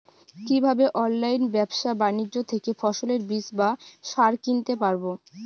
কীভাবে অনলাইন ব্যাবসা বাণিজ্য থেকে ফসলের বীজ বা সার কিনতে পারবো?